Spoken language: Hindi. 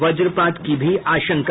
वजपात की भी आशंका